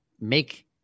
make